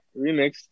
remix